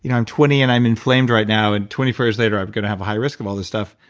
you know i'm twenty and i'm inflamed right now and twenty four years later i'm gonna have a high risk of all this stuff,